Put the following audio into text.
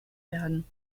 werden